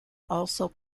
also